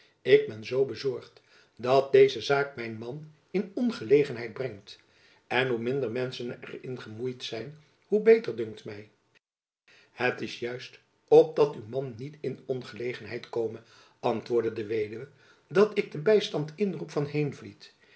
ik ben zoo bezorgd dat deze zaak mijn man in ongelegenheid brengt en hoe minder menschen er in gemoeid zijn hoe beter dunkt my het is juist opdat uw man niet in ongelegenheid kome antwoordde de weduwe dat ik den bystand inroep van heenvliet